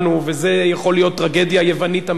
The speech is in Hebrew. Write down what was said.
וזו יכולה להיות טרגדיה יוונית אמיתית.